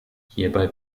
hierbei